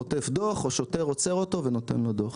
חוטף דוח, או שוטר עוצר אותו ונותן לו דוח.